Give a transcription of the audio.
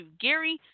Gary